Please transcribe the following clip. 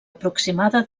aproximada